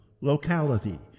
locality